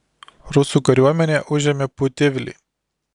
rusų kariuomenė užėmė putivlį